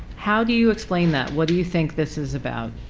how do you explain that? what do you think this is about?